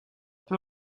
peu